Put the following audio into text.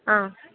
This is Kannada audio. ಆಂ